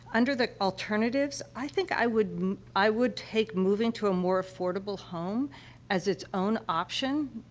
under the alternatives, i think i would i would take move into a more affordable home as its own option,